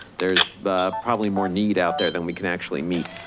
there's probably more need out there than we can actually meet.